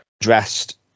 Dressed